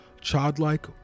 childlike